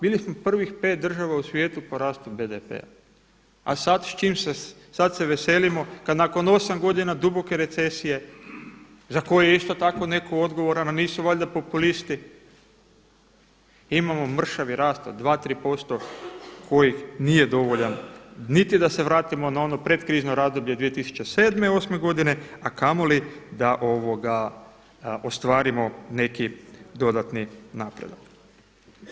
Bili smo prvih pet država u svijetu po rastu BDP-a, a sada se veselimo kad nakon 8 godina duboke recesije za koju isto tako je netko odgovoran, pa nisu valjda populisti, imamo mršavi rast od 2, 3% kojih nije dovoljan niti da se vratimo na ono predkrizno razdoblje 2007., 8. godine, a kamoli da ostvarimo neki dodatni napredak.